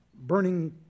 burning